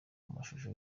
mashusho